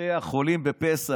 לבתי החולים בפסח.